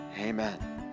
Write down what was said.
Amen